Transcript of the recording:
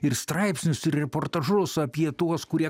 ir straipsnius ir reportažus apie tuos kurie